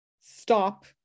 stop